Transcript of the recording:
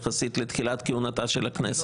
יחסית לתחילת כהונתה של הכנסת.